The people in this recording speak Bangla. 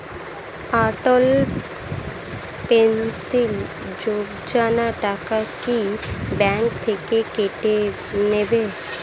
অটল পেনশন যোজনা টাকা কি ব্যাংক থেকে কেটে নেবে?